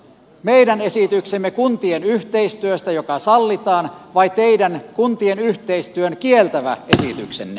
meidän esityksemme kuntien yhteistyöstä joka sallitaan vai teidän kuntien yhteistyön kieltävä esityksenne